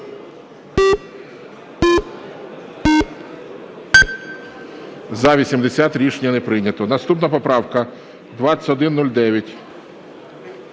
За-80 Рішення не прийнято. Наступна поправка 2109.